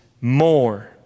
more